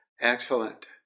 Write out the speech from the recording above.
excellent